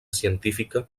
científica